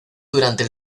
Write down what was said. durante